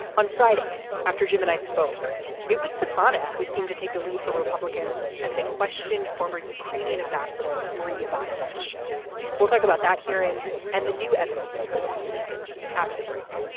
on friday after jim and i spoke it was definite who seemed to take the lead for republicans as they questioned former ukrainian ambassador marie ivanovich we'll talk about that hearing and the new evidence we heard this week after the break